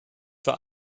für